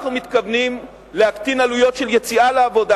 אנחנו מתכוונים להקטין עלויות של יציאה לעבודה,